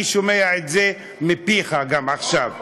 אני שומע את זה מפיך גם עכשיו.